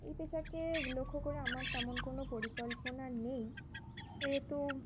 এই পেশাকে লক্ষ্য করে আমার তেমন কোনো পরিকল্পনা নেই সেহেতু